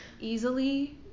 easily